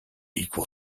equal